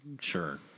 sure